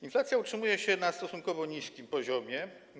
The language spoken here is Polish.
Inflacja utrzymuje się na stosunkowo niskim poziomie.